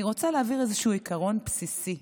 אני רוצה להבהיר איזשהו עיקרון בסיסי: